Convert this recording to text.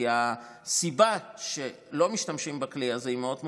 כי הסיבה שלא משתמשים בכלי הזה היא מאוד ברורה,